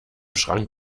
schrank